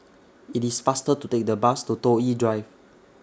IT IS faster to Take The Bus to Toh Yi Drive